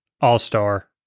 all-star